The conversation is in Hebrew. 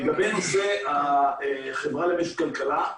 לגבי הנושא של החברה למשק כלכלה,